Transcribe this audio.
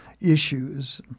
issues